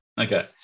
Okay